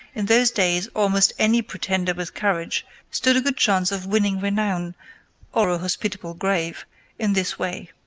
in those days almost any pretender with courage stood a good chance of winning renown or a hospitable grave in this way.